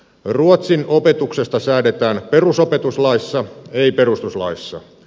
ruotsin opetuksesta säädetään perusopetuslaissa ei perustuslaissa